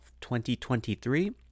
2023